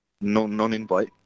non-invite